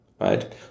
right